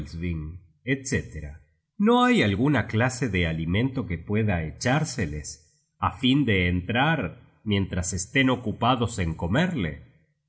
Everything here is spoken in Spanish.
etc no hay alguna clase de alimento que pueda echárseles á fin de entrar mientras estén ocupados en comerle